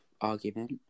argument